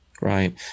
Right